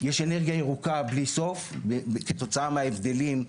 יש אנרגיה ירוקה בלי סוף כתוצאה מההבדלים,